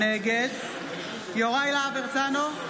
נגד יוראי להב הרצנו,